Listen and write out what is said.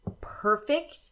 perfect